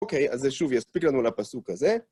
אוקיי, אז שוב, יש פגענו על הפסוק הזה.